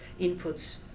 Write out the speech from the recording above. inputs